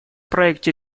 проекте